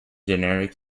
generic